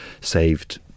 saved